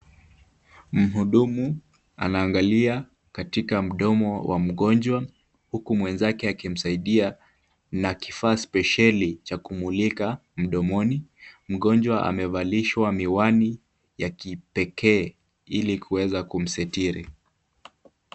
Mhudumu anaangalia katika mdomo wa mgonjwa huku mwenzake akimsaidia na kifaa spesheli cha kumulika mdomoni . Mgonjwa amevalishwa miwani ya kipekee ili kuweza kumsitiri.